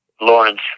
Lawrence